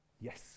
Yes